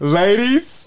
ladies